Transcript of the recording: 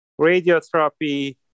radiotherapy